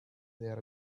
there